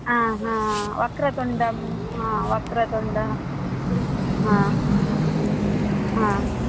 आ हा वक्रतुण्डं हा वक्रतुण्ड आ आ